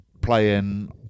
playing